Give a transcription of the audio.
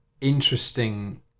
interesting